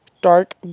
dark